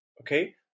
okay